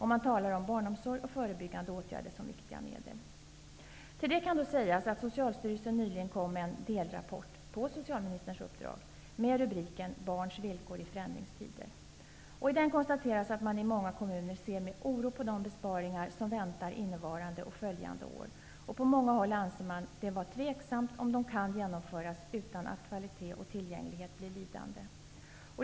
Man talar om barnomsorg och förebyggande åtgärder som viktiga medel. Till detta kan då sägas att Socialstyrelsen på socialministerns uppdrag nyligen kom med en delrapport med rubriken Barns villkor i förändringstider. I den konstateras att man i många kommuner ser med oro på de besparingar som väntar innevarande och följande år. På många håll anser man det vara tveksamt om besparingarna kan genomföras utan att kvaliteten och tillgängligheten blir lidande.